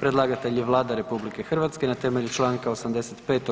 Predlagatelj je Vlada RH na temelju čl. 85.